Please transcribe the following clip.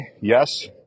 yes